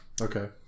Okay